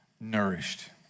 nourished